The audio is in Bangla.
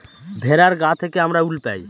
ভেড়ার গা থেকে আমরা উল পাই